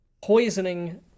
poisoning